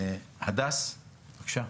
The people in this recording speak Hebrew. הדס תגרי, בבקשה.